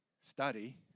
study